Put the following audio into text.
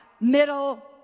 middle